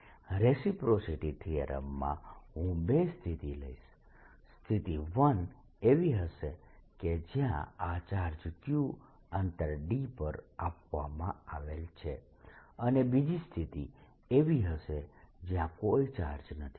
V14π0QdQi4π0R14π0Qd since Qi0 reciprocity થીયરમમાં હું બે સ્થિતિ લઈશ સ્થિતિ 1 એવી હશે કે જ્યાં આ ચાર્જ Q અંતર d પર આપવામાં આવેલ છે અને બીજી સ્થિતિ એવી હશે જ્યા કોઈ ચાર્જ નથી